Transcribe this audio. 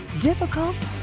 difficult